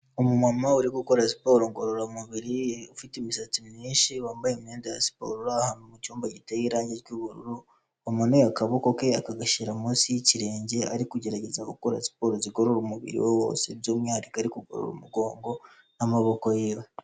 Umumama uri gukora siporo ngororamubiri ufite imisatsi myinshi, wambaye imyenda ya siporo, uri ahantu mu cyumba giteye irangi ry'ubururu, wamanuye akaboko ke akagashyira munsi y'ikirenge, ari kugerageza gukora siporo zigorora umubiri we wose by'umwihariko ari kugorora umugongo n'amaboko yiwe.